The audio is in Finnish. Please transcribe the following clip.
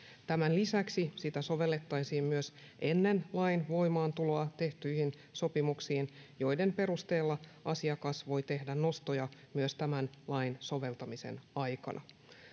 tämän lisäksi sitä sovellettaisiin myös ennen lain voimaantuloa tehtyihin sopimuksiin joiden perusteella asiakas voi tehdä nostoja myös tämän lain soveltamisen aikana